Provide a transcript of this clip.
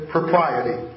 propriety